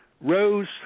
Rose